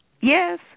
Yes